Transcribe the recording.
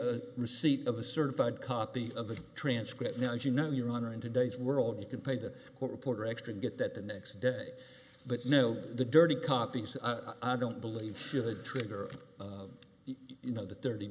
a receipt of a certified copy of the transcript now as you know your honor in today's world you can pay the court reporter extra to get that the next day but no the dirty copies i don't believe should trigger you know th